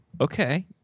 Okay